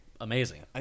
amazing